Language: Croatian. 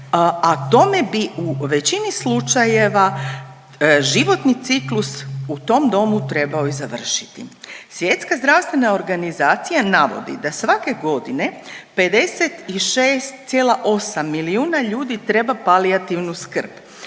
a tome bi u većini slučajeva životni ciklus u tom domu trebao i završiti. Svjetska zdravstvena organizacija navodi da svake godine 56,8 milijuna ljudi treba palijativnu skrb,